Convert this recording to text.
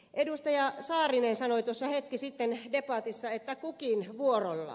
edustaja saarinen sanoi tuossa hetki sitten debatissa että kukin vuorollaan